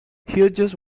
hughes